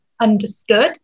understood